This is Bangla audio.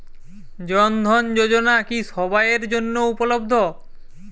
জন ধন যোজনা কি সবায়ের জন্য উপলব্ধ?